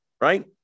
right